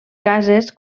cases